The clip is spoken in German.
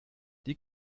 die